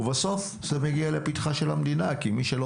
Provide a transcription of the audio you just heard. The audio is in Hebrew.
ובסוף זה מגיע לפתחה של המדינה כ מי שלא